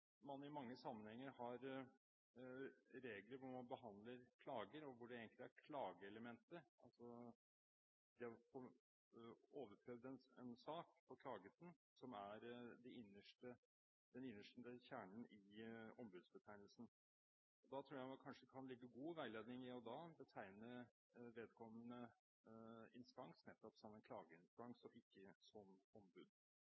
man i mange sammenhenger har regler for hvordan man behandler klager, og hvor det egentlig er klageelementet – det å få overprøvd en sak, få klaget den – som er den innerste kjernen i ombudsbetegnelsen. Da tror jeg kanskje det kan ligge god veiledning i å betegne vedkommende instans nettopp som en klageinstans,